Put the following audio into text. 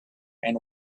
and